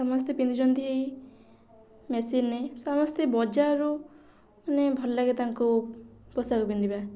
ସମସ୍ତେ ପିନ୍ଧୁଛନ୍ତି ମେସିନ୍ ସମସ୍ତେ ବଜାରରୁ ନାହିଁ ଭଲ ଲାଗେ ତାଙ୍କୁ ପୋଷାକ ପିନ୍ଧିବା